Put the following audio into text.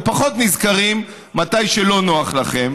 ופחות נזכרים כשלא נוח לכם.